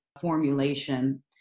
formulation